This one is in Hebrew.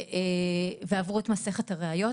ועברו את מסכת הראיות,